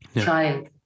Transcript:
child